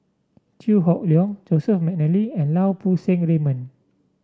Chew Hock Leong Joseph McNally and Lau Poo Seng Raymond